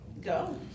Go